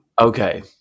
Okay